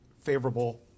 favorable